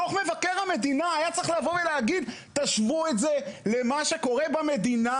דוח מבקר המדינה היה צריך לבוא להגיד: תשוו את זה למה שקורה במדינה,